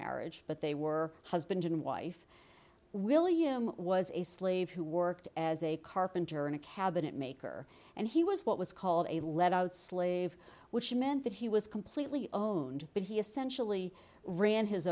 marriage but they were husband and wife william was a slave who worked as a carpenter in a cabinet maker and he was what was called a lead out slave which meant that he was completely own but he essentially ran his